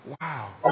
Wow